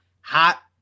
hot